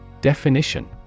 Definition